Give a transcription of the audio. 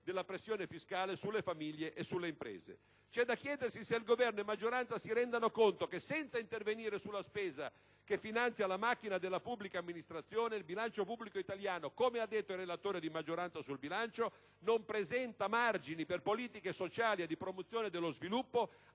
della pressione fiscale sulle famiglie e sulle imprese. C'è da chiedersi se Governo e maggioranza si rendano conto che senza intervenire sulla spesa che finanzia la macchina della pubblica amministrazione, il bilancio pubblico italiano, come ha detto il relatore di maggioranza sulla legge di bilancio, non presenta margini per politiche sociali e di promozione dello sviluppo